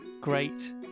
great